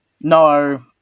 No